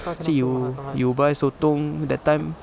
so you you buy sotong that time